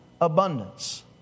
abundance